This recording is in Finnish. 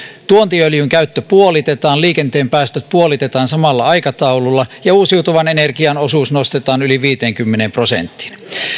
tuontiöljyn käyttö puolitetaan liikenteen päästöt puolitetaan samalla aikataululla ja uusiutuvan energian osuus nostetaan yli viiteenkymmeneen prosenttiin